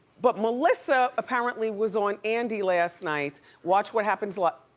but melissa apparently was on andy last night, watch what happens live.